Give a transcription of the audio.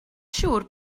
siŵr